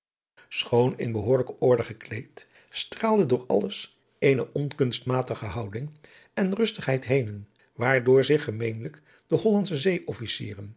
in behoorlijke orde gekleed straalde door alles eene onkunstmatige houding en rustigheid henen waardoor zich gemeenlijk de